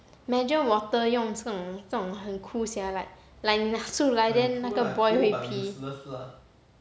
imagine water 用这种这种很 cool sia like 拿出来 then 那个 boy 会 pee